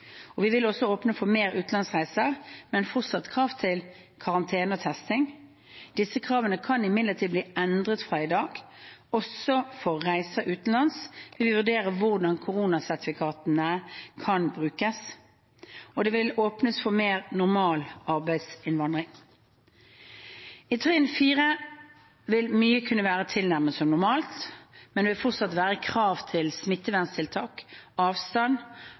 Vi vil også åpne for mer utenlandsreiser, men med fortsatt krav til karantene og testing. Disse kravene kan imidlertid bli endret fra i dag. Også for reiser utenlands vil vi vurdere hvordan koronasertifikatene kan brukes. Det vil også åpnes for mer normal arbeidsinnvandring. I trinn 4 vil mye kunne være tilnærmet som normalt, men det vil fortsatt være krav til smitteverntiltak, avstand,